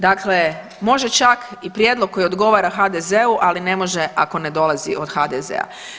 Dakle, može čak i prijedlog koji odgovara HDZ-u, ali ne može ako ne dolazi od HDZ-a.